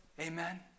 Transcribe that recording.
Amen